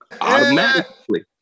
Automatically